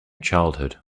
childhood